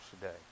today